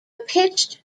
pitched